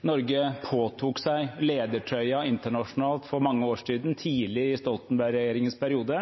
Norge tok på seg ledertrøya internasjonalt for mange år siden, tidlig i Stoltenberg-regjeringens periode.